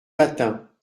matin